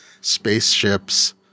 spaceships